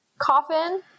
coffin